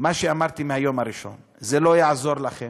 מה שאמרתי מהיום הראשון: זה לא יעזור לכם.